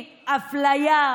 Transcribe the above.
אתה אומר לה עופי לי מהעיניים?